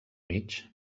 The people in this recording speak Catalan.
mig